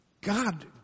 God